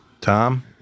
Tom